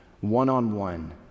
one-on-one